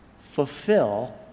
fulfill